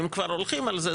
אם כבר הולכים על זה,